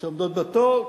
שעומדות בתור?